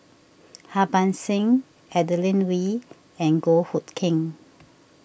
Harbans Singh Adeline Ooi and Goh Hood Keng